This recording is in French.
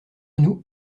nous